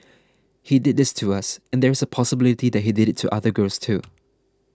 he did this to us and there is a possibility that he did it to other girls too